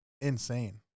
Insane